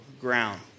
ground